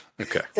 Okay